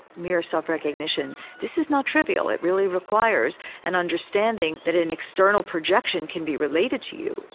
mirror self recognition this is not trivial, it really requires an understanding that an external projection can be related to you.